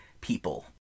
people